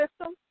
system